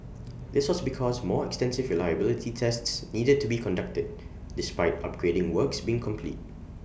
this was because more extensive reliability tests needed to be conducted despite upgrading works being complete